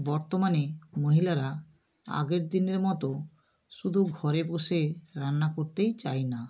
বর্তমানে মহিলারা আগের দিনের মতো শুধু ঘরে বসে রান্না করতেই চায় না